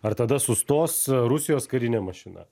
ar tada sustos rusijos karinė mašina